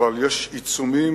אבל יש עיצומים.